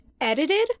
Edited